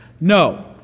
No